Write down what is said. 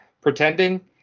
pretending